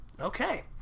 Okay